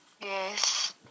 Yes